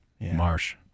Marsh